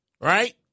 right